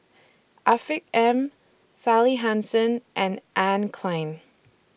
Afiq M Sally Hansen and Anne Klein